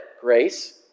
grace